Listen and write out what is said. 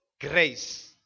grace